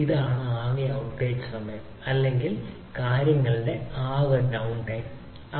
ഇതാണ് ആകെ ഔട്ടേജ് സമയം അല്ലെങ്കിൽ ശരിയായ കാര്യങ്ങളുടെ ആകെ ഡൌൺടൈം